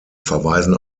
verweisen